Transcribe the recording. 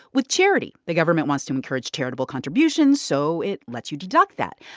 with charity, the government wants to encourage charitable contributions, so it lets you deduct that.